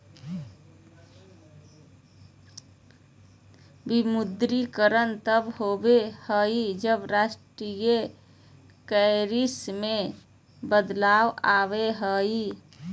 विमुद्रीकरण तब होबा हइ, जब राष्ट्रीय करेंसी में बदलाव आबा हइ